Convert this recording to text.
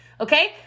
Okay